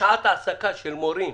שעת העסקה של מורים